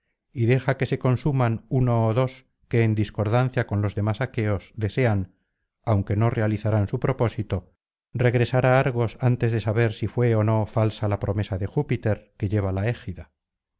y deja que se consuman uno ó dos que en discordancia con los demás aqueds desean aunque no realizarán su propósito regresar á argos antes de saber si fué ó no falsa la promesa de júpiter que lleva la égida